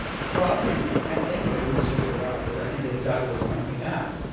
the problem, i think, with mr. gerard is, i think, as doug was pointing out,